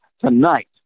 tonight